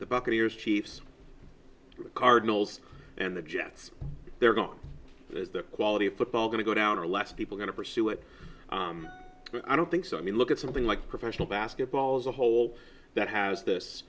the buccaneers chiefs the cardinals and the jets they're going on the quality of football going to go down or less people going to pursue it but i don't think so i mean look at something like professional basketball as a whole that has this